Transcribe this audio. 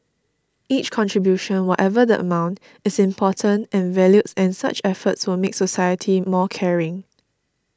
each contribution whatever the amount is important and valued and such efforts will make society more caring